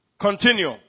Continue